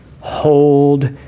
hold